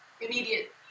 immediate